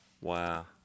Wow